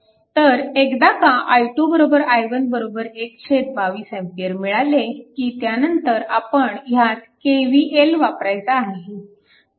तर एकदा का i2 i1 122 A मिळाले की त्यानंतर आपण ह्यात KVL वापरायचा आहे